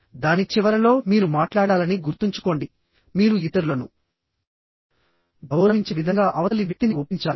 దాని చివరలో మీరు మాట్లాడాలని గుర్తుంచుకోండి మీరు ఇతరులను గౌరవించే విధంగా అవతలి వ్యక్తిని ఒప్పించాలి